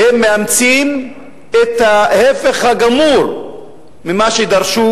הם מאמצים את ההיפך הגמור ממה שהם דרשו